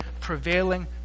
prevailing